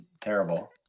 terrible